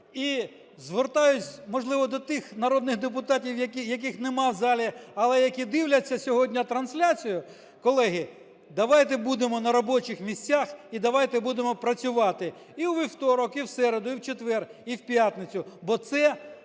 І звертаюся, можливо, до тих народних депутатів, яких нема в залі, але які дивляться сьогодні трансляцію. Колеги, давайте будемо на робочих місцях і давайте будемо працювати і у вівторок, і в середу, і в четвер, і в п'ятницю, бо це